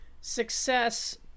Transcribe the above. success